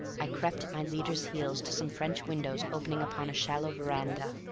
i crept at my leader's heels to some french windows opening upon a shallow veranda.